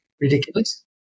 ridiculous